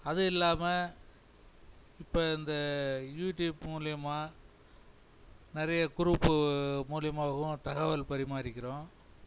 அதுவும் இல்லாமல் இப்போ இந்த யூடியூப் மூலியமாக நிறைய குரூப்பு மூலியமாகவும் தகவல் பரிமாறிக்கிறோம்